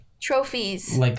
Trophies